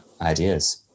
ideas